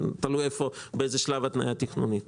זה תלוי באיזה שלב ההתניה התכנונית.